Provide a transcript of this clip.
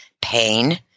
pain